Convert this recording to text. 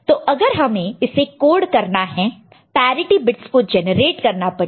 तो अगर हमें इसे कोड करना है पैरिटि बिट्स को जनरेट करना पड़ेगा